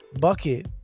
bucket